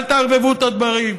אל תערבבו את הדברים.